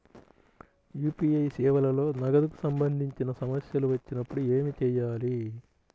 UPI సేవలలో నగదుకు సంబంధించిన సమస్యలు వచ్చినప్పుడు ఏమి చేయాలి?